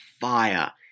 fire